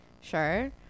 sure